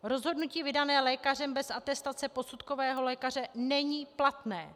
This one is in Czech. Rozhodnutí vydané lékařem bez atestace posudkového lékaře není platné.